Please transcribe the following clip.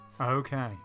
Okay